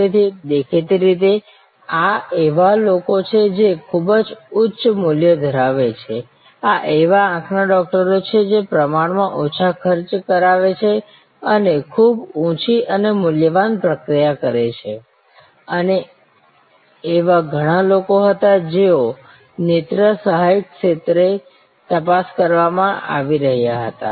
તેથી દેખીતી રીતે આ એવા લોકો છે કે જેઓ ખૂબ ઉંચ્ચ મૂલ્ય ધરાવે છે આ એવા આંખ ના ડોક્ટરો છે જે પ્રમાણ માં ઓછા ખર્ચ કરાવે છે પણ ખૂબ ઊંચી અને મૂલ્યવાન પ્રક્રિયા કરે છે અને એવા ઘણા લોકો હતા જેઓ નેત્ર સહાયક સ્તરે તપાસ કરવામાં આવી રહ્યા હતા